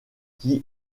qui